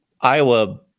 Iowa